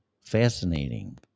fascinating